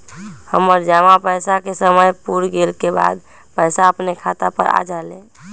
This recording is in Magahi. हमर जमा पैसा के समय पुर गेल के बाद पैसा अपने खाता पर आ जाले?